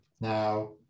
Now